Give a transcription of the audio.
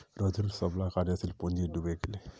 रघूर सबला कार्यशील पूँजी डूबे गेले